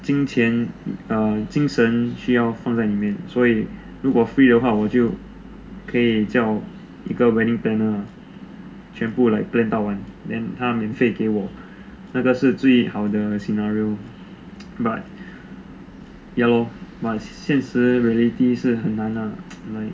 金钱 err 精神需要放在里面所以如果 free 的话我就可以叫一个 wedding planner 全部 like plan 到完他免费给我那个是最好的 scenario but ya lor 现实 reality 是很难 lah like